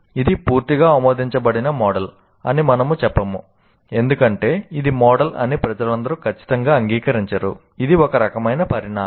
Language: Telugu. ఇది పూర్తిగా ఆమోదించబడిన మోడల్ అని మనము చెప్పము ఎందుకంటే ఇది మోడల్ అని ప్రజలందరూ ఖచ్చితంగా అంగీకరించరు ఇది ఒక రకమైన పరిణామం